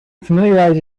familiarize